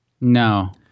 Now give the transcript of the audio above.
No